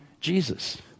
Jesus